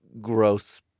gross